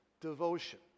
Devotion